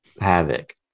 havoc